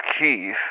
Keith